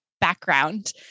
background